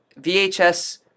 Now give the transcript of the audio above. VHS